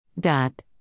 dot